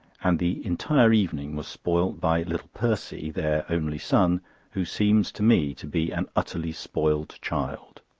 and the entire evening was spoiled by little percy their only son who seems to me to be an utterly spoiled child.